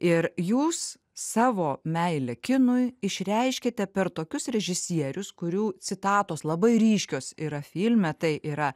ir jūs savo meilę kinui išreiškėte per tokius režisierius kurių citatos labai ryškios yra filme tai yra